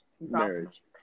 Marriage